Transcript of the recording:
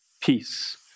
peace